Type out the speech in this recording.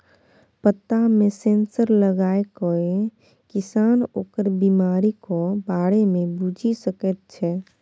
पत्तामे सेंसर लगाकए किसान ओकर बिमारीक बारे मे बुझि सकैत छै